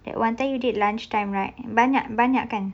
that one thing you did lunch time right banyak banyak kan